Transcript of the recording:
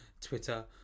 Twitter